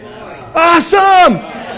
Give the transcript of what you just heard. Awesome